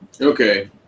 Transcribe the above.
Okay